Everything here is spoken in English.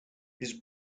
his